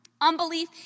Unbelief